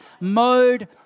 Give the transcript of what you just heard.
mode